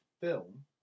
film